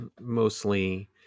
mostly